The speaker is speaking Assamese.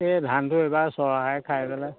এই ধানবোৰ এইবাৰ চৰাই খাই পেলাই